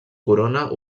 corona